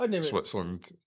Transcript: Switzerland